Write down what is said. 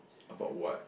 about what